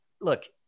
look